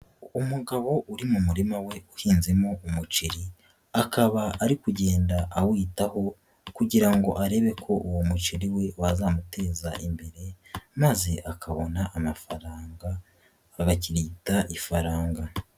Umugabo uri mu murima we uhinzemo umuceri, akaba ari kugenda awitaho kugira ngo arebe ko uwo muceri we wazamuteza imbere, maze akabona amafaranga agakita ifaranga.